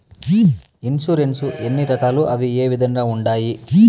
insurance ఎన్ని రకాలు అవి ఏ విధంగా ఉండాయి